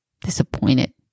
Disappointed